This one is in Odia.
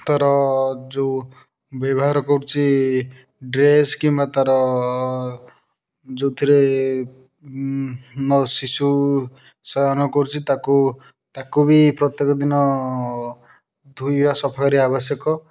ତା'ର ଯେଉଁ ବ୍ୟବହାର କରୁଛି ଡ୍ରେସ୍ କିମ୍ବା ତା'ର ଯେଉଁଥିରେ ଶିଶୁ ଶୟନ କରୁଛି ତାକୁ ତାକୁ ବି ପ୍ରତ୍ୟେକ ଦିନ ଧୋଇବା ସଫା କରିବା ଆବଶ୍ୟକ